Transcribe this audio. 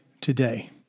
today